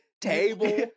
table